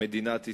מדינת ישראל.